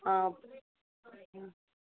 ஆ ம்